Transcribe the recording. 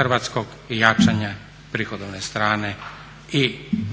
hrvatskog i jačanje prihodovne strane i